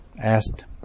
asked